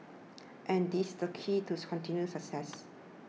and this the key to continued success